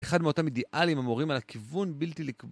אחד מאותם אידיאלים המורים על הכיוון בלתי לק